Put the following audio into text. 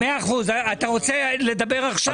אתה רוצה לדבר עכשיו?